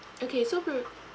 okay so br~